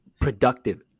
productive